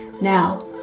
now